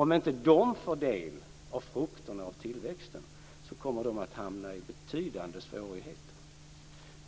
Om inte de får del av frukterna av tillväxten kommer de att hamna i betydande svårigheter.